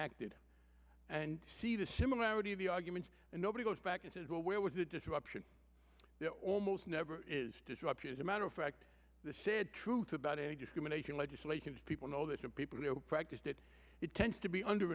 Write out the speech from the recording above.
acted and see the similarity of the arguments and nobody goes back and says well where was the disruption there almost never is disruption as a matter of fact the sad truth about any discrimination legislation is people know that and people who practice that it tends to be under